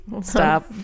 stop